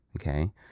Okay